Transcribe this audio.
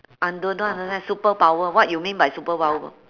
I don't know I don't leh superpower what you mean by superpower